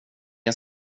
har